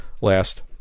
last